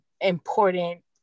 important